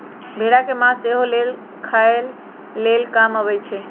भेड़ा के मास सेहो लेल खाय लेल काम अबइ छै